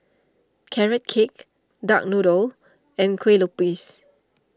Carrot Cake Duck Noodle and Kue Lupis